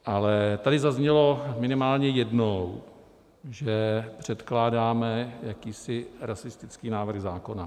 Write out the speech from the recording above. Ale tady zaznělo minimálně jednou, že předkládáme jakýsi rasistický návrh zákona.